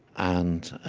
and